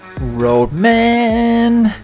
Roadman